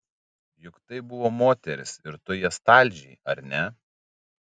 juk tai buvo moterys ir tu jas talžei ar ne